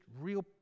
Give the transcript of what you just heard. real